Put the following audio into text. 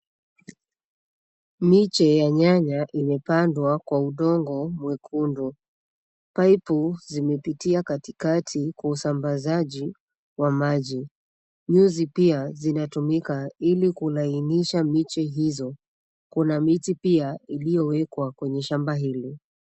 Miche ya nyanya imepandwa kwa udongo mwekundu. Paipu zimepitia katikati kwa usambazaji wa maji. Nyuzi pia zinatumika ili kulainisha miche hizo. Kuna miti pia iliyowekwa kwenye shamba hili.